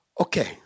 Okay